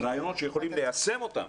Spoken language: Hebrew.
רעיונות שיכולים ליישם אותם